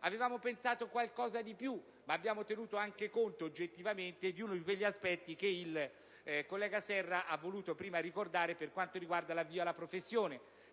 Avevamo pensato qualcosa di più, ma abbiamo anche tenuto oggettivamente conto di uno degli aspetti che il collega Serra ha voluto prima ricordare per quanto riguarda l'avvio alla professione.